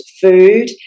food